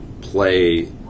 play